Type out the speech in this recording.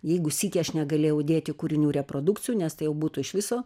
jeigu sykį aš negalėjau dėti kūrinių reprodukcijų nes tai jau būtų iš viso